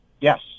Yes